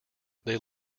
they